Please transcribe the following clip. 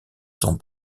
son